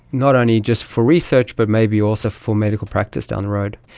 not only just for research but maybe also for medical practice down the road.